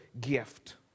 gift